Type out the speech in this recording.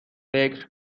فکر